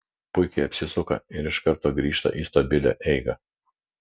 puikiai apsisuka ir iš karto grįžta į stabilią eigą